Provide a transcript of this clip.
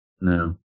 no